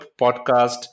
podcast